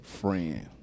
friend